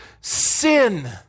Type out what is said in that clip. sin